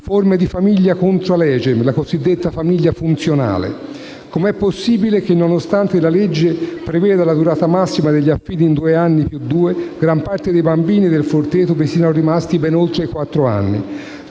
forme di famiglia *contra legem* (la cosiddetta famiglia funzionale)? Com'è possibile che, nonostante la legge preveda la durata massima degli affidi in due anni più due, gran parte dei bambini del Forteto vi siano rimasti ben oltre i quattro anni?